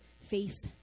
face